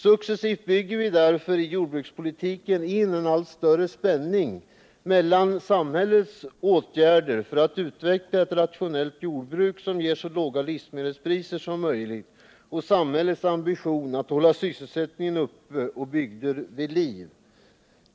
Successivt bygger vi i jordbrukspolitiken in en allt större spänning mellan samhällets åtgärder för att utveckla ett rationellt jordbruk, som ger så låga livsmedelspriser som möjligt, och samhällets ambition att hålla sysselsättningen uppe och bygder vid liv.